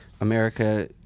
America